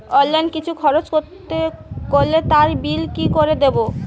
Online কিছু খরচ করলে তার বিল কি করে দেবো?